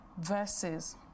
verses